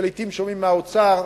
שלעתים שומעים מהאוצר,